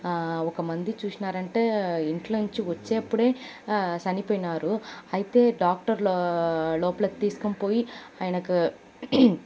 ఒక మంది చూశారంటే ఇంట్లోంచి వచ్చేప్పుడే చనిపినారు అయితే డాక్టర్లూ లోపలకు తీసుకొనిపోయి ఆయనకు